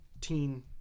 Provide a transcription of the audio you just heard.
teen